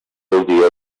muestra